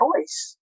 choice